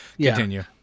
Continue